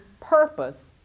purpose